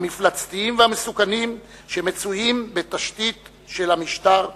המפלצתיים והמסוכנים שמצויים בתשתית של משטר האייטולות.